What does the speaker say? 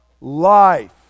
life